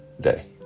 day